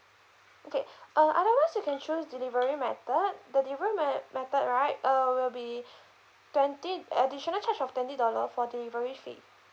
okay uh otherwise you can choose delivery method the delivery meth~ method right uh will be twenty additional charge of twenty dollar for delivery fee